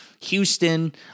Houston